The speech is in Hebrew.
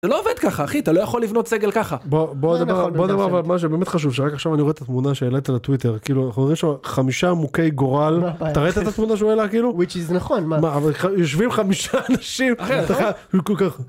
- זה לא עובד ככה, אחי, אתה לא יכול לבנות סגל ככה. - בוא נדבר על מה שבאמת חשוב שרק עכשיו אני רואה את התמונה שהעלית לטוויטר כאילו אנחנו רואים שם חמישה מוכי גורל, אתה ראית את התמונה שהוא העלה כאילו? - Which is נכון. מה? אבל יושבים חמישה אנשים. אחי נכון. הוא כל כך.